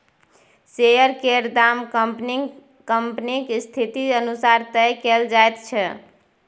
share केर दाम कंपनीक स्थिति अनुसार तय कएल जाइत छै